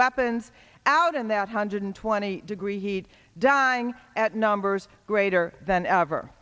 weapons out in that hundred twenty degree heat dying at numbers greater than ever